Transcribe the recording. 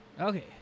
Okay